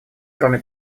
кроме